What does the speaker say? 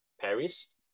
Paris